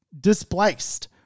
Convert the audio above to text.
displaced